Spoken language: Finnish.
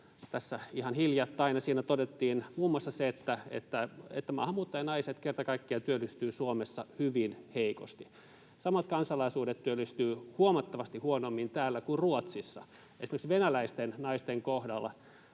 tässä ihan hiljattain, ja siinä todettiin muun muassa se, että maahanmuuttajanaiset kerta kaikkiaan työllistyvät Suomessa hyvin heikosti. Samat kansalaisuudet työllistyvät huomattavasti huonommin täällä kuin Ruotsissa. Esimerkiksi venäläisten naisten kohdalla